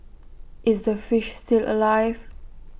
is the fish still alive